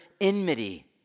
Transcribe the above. enmity